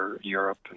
Europe